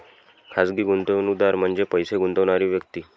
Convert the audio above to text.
खाजगी गुंतवणूकदार म्हणजे पैसे गुंतवणारी व्यक्ती